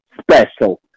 special